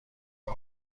این